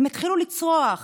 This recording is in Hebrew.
התחילו לצרוח: